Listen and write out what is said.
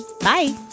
Bye